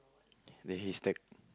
the haystack